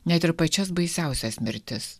net ir pačias baisiausias mirtis